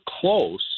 close